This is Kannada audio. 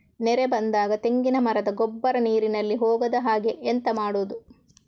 ನೆರೆ ಬಂದಾಗ ತೆಂಗಿನ ಮರದ ಗೊಬ್ಬರ ನೀರಿನಲ್ಲಿ ಹೋಗದ ಹಾಗೆ ಎಂತ ಮಾಡೋದು?